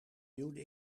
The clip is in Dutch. duwde